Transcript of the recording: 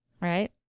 Right